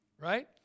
right